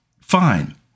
fine